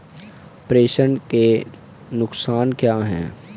प्रेषण के नुकसान क्या हैं?